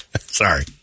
Sorry